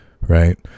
right